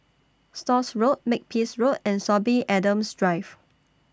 Stores Road Makepeace Road and Sorby Adams Drive